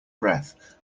breath